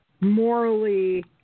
morally